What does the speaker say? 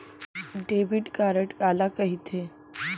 Debit card काला कहिथे?